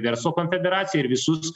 verslo konfederacija ir visus